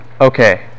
okay